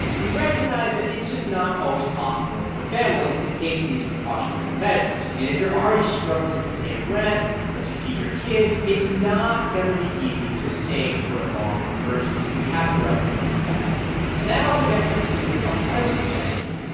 we recognize that it's just not always possible for families to take these precautionary measures. i mean, if you're already struggling to pay rent or to feed your kids, it's not going to be easy to save for a long emergency. we have to recognize that and that also gets us to our final suggestion,